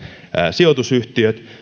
sijoitusyhtiöt